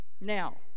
now